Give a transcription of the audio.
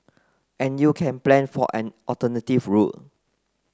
and you can plan for an alternative route